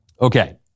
Okay